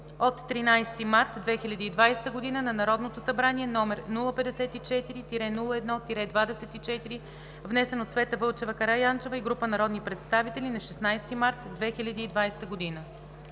от 13 март 2020 г. на Народното събрание, № 054-01-24, внесен от Цвета Вълчева Караянчева и група народни представители на 16 март 2020 г.“